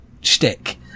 shtick